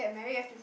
married have to